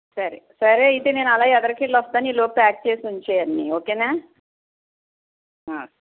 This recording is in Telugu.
సరే సరే అయితే నేను అలా ఎదురుగా వెళ్ళి వస్తాను ఈలోపు ప్యాక్ చేసి ఉంచేయి అన్ని ఓకేనా